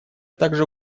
также